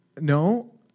No